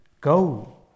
Go